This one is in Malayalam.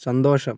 സന്തോഷം